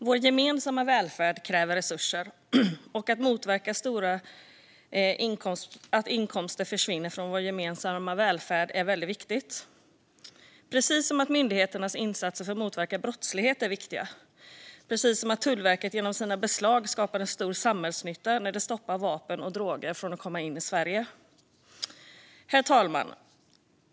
Vår gemensamma välfärd kräver resurser, och att motverka att stora inkomster försvinner från vår gemensamma välfärd är väldigt viktigt - precis som att myndigheternas insatser för att motverka brottslighet är viktiga, och precis som att Tullverket genom sina beslag skapar en stor samhällsnytta när de stoppar vapen och droger från att komma in i Sverige. Herr talman!